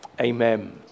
Amen